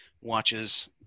watches